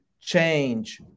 change